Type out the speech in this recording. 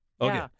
Okay